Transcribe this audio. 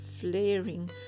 flaring